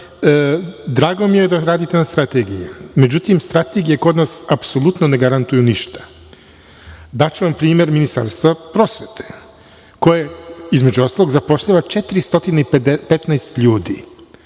mi je da radite na strategiji. Međutim, strategije kod nas apsolutno ne garantuju ništa. Daću vam primer Ministarstva prosvete koje, između ostalog, zapošljava 415 ljudi.